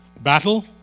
battle